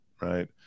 Right